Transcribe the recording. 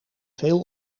veel